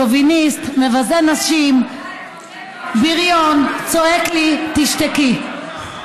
שוביניסט, מבזה נשים, בריון, צועק לי: תשתקי.